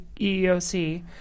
EEOC